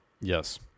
Yes